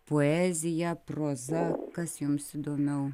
poezija proza kas jums įdomiau